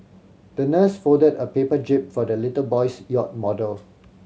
the nurse folded a paper jib for the little boy's yacht model